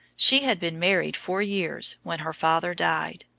she had been married four years when her father died.